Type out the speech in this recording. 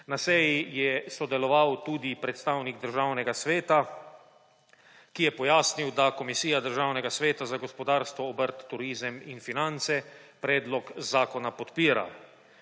Na seji je sodeloval tudi predstavnik Državnega sveta, ki je pojasnil, da Komisija Državnega sveta za gospodarstvo, obrt, turizem in finance predlog zakona podpira.